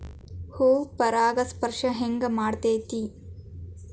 ಹೂ ಪರಾಗಸ್ಪರ್ಶ ಹೆಂಗ್ ಮಾಡ್ತೆತಿ?